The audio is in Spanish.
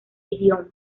idiomas